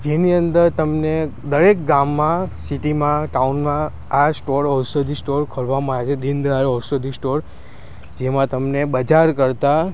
જેની અંદર તમને દરેક ગામમાં સિટીમાં ટાઉનમાં આ સ્ટોર ઔષધિ સ્ટોર ખોલવામાં આવ્યા છે દિન દયાળ ઔષધિ સ્ટોર જેમાં તમને બજાર કરતાં